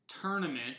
tournament